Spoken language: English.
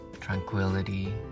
tranquility